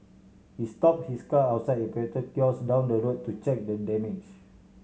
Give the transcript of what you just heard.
he stopped his car outside a petrol kiosk down the road to check the damage